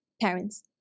parents